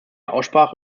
aussprache